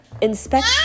Inspect